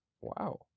wow